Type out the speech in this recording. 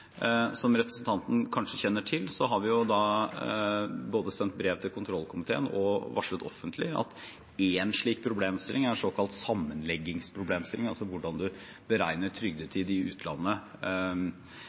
Som representanten kanskje kjenner til, har vi både sendt brev til kontrollkomiteen og varslet offentlig at én slik problemstilling er en såkalt sammenleggingsproblemstilling, altså hvordan man beregner